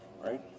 right